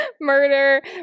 Murder